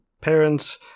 parents